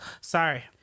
sorry